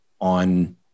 on